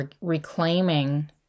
reclaiming